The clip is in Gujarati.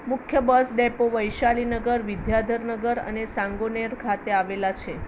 મુખ્ય બસ ડેપો વૈશાલી નગર વિદ્યાધર નગર અને સાંગોનેર ખાતે આવેલા છે